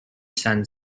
san